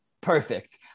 perfect